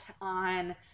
on